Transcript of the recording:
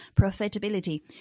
profitability